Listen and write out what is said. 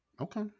Okay